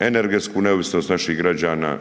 energetsku neovisnost naših građana